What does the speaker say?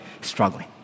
struggling